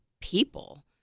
people